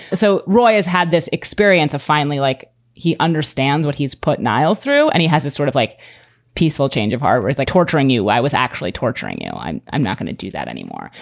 so roy has had this experience of finally like he understands what he's put niall's through and he has this sort of like peaceful change of heart. it's like torturing you. i was actually torturing you. i'm i'm not going to do that anymore.